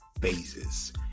phases